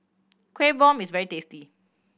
Kueh Bom is very tasty